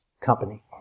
company